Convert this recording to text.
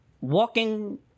walking